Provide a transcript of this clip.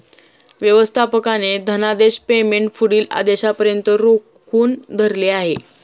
व्यवस्थापकाने धनादेश पेमेंट पुढील आदेशापर्यंत रोखून धरले आहे